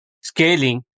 scaling